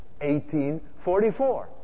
1844